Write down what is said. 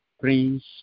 Prince